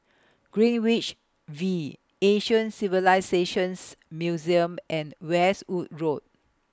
Greenwich V Asian Civilisations Museum and Westwood Road